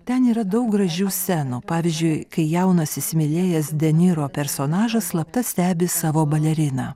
ten yra daug gražių scenų pavyzdžiui kai jaunas įsimylėjęs deniro personažas slapta stebi savo baleriną